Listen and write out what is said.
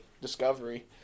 discovery